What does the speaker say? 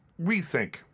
rethink